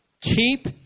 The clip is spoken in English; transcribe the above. Keep